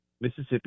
Mississippi